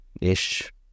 ish